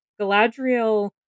Galadriel